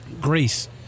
Greece